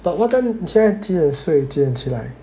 but what time 现在几点睡几点起来